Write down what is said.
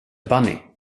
bunny